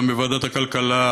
גם בוועדת הכלכלה,